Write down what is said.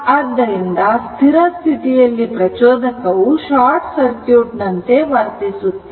ಆದ್ದರಿಂದ ಸ್ಥಿರ ಸ್ಥಿತಿಯಲ್ಲಿ ಪ್ರಚೋದಕವು ಶಾರ್ಟ್ ಸರ್ಕ್ಯೂಟ್ ನಂತೆ ವರ್ತಿಸುತ್ತದೆ